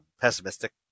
pessimistic